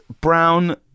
brown